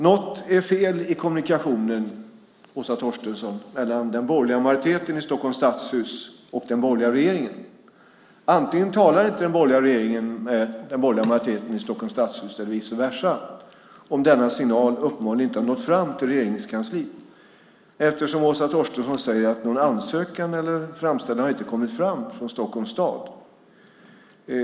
Något är fel i kommunikationen, Åsa Torstensson, mellan den borgerliga majoriteten i Stockholms stadshus och den borgerliga regeringen. Antingen talar inte den borgerliga regeringen med den borgerliga majoriteten i Stockholms stadshus eller vice versa om denna signal uppenbarligen inte har nått fram till Regeringskansliet eftersom Åsa Torstensson säger att någon ansökan eller framställan inte har kommit från Stockholm stad.